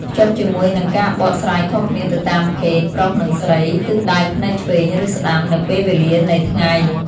ភ្ជាប់ជាមួយនឹង ការបកស្រាយខុសគ្នាទៅតាមភេទ ប្រុសនិងស្រី ទិសដៅភ្នែកឆ្វេងឬស្តាំ និងពេលវេលានៃថ្ងៃ។